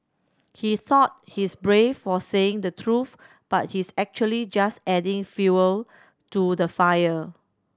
he thought he's brave for saying the truth but he's actually just adding fuel to the fire